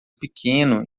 pequeno